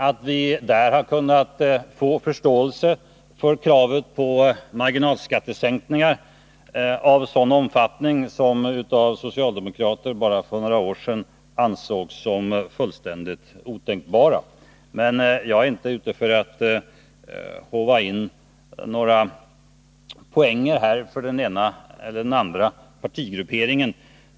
Där har vi kunnat få förståelse för vårt krav på marginalskattesänkningar av en omfattning som av socialdemokrater för bara några år sedan ansågs som fullständigt otänkbar. Jag är inte ute för att håva in några poänger för den ena eller andra partigrupperingen.